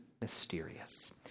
mysterious